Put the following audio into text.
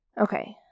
Okay